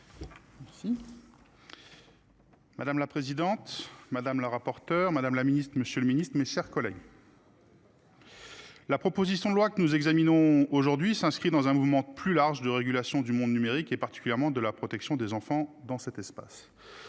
Madame la présidente madame la rapporteure Madame la Ministre, Monsieur le Ministre, mes chers collègues. La proposition de loi que nous examinons aujourd'hui s'inscrit dans un mouvement plus large de régulation du monde numérique et particulièrement de la protection des enfants dans cet espace.